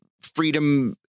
freedom